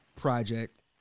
project